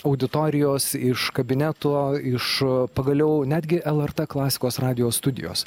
auditorijos iš kabineto iš pagaliau netgi lrt klasikos radijo studijos